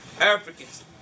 Africans